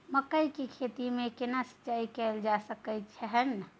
मकई की खेती में केना सिंचाई कैल जा सकलय हन?